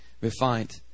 refined